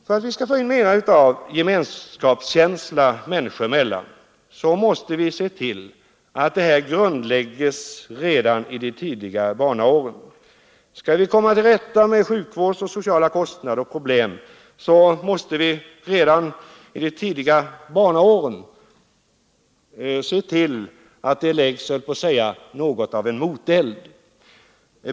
För att vi skall få in mera av gemenskapskänsla människor emellan måste vi se till att denna grundläggs redan i de tidigare barnaåren. Skall vi komma till rätta med sjukvårdskostnader och sociala kostnader och problem måste vi se till att det redan i dessa tidiga barnaår läggs låt mig säga något av en moteld.